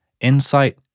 Insight